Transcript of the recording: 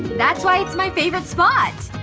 that's why it's my favorite spot!